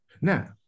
Now